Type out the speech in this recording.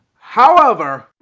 however